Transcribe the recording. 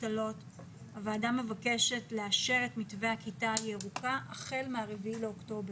הוועדה מבקשת לאשר את מתווה הכיתה הירוקה החל מה-4 באוקטובר.